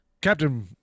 Captain